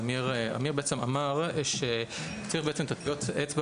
עמיר בעצם אמר שצריך את טביעות האצבע